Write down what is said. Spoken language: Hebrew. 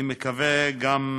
אני מקווה שגם